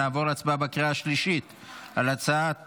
נעבור להצבעה בקריאה השלישית על הצעת